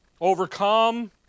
overcome